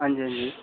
हां जी हां जी